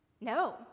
No